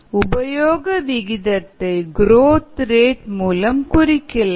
உபயோக விகிதத்தை growth rate மூலம் குறிக்கலாம்